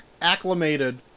acclimated